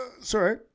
sorry